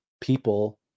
people